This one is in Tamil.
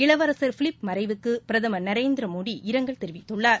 இளவரசர் பிலிப் மறைவுக்கு பிரதமர் நரேந்திர மோதி இரங்கல் தெரிவித்துள்ளார்